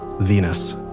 venus